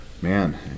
Man